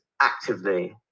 actively